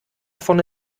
vorne